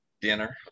dinner